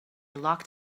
locked